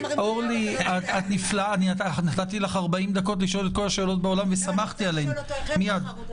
אני רוצה לשאול אותו, איך הם בחרו את